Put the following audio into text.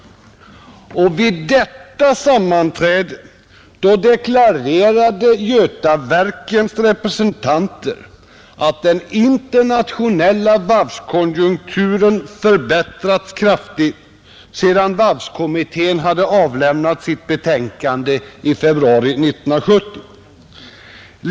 Vid detta sammanträde deklarerade Götaverkens representanter att den internationella varvskonjunkturen förbättrats kraftigt sedan varvskommittén hade avlämnat sitt betänkande i februari 1970.